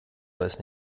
weiß